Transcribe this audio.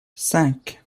cinq